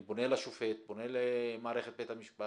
אני פונה לשופט, פונה למערכת בית המשפט,